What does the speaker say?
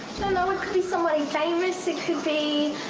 know it could be someone famous it could be.